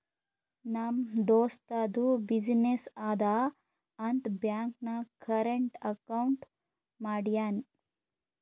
ನಮ್ ದೋಸ್ತದು ಬಿಸಿನ್ನೆಸ್ ಅದಾ ಅಂತ್ ಬ್ಯಾಂಕ್ ನಾಗ್ ಕರೆಂಟ್ ಅಕೌಂಟ್ ಮಾಡ್ಯಾನ್